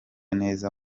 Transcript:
neza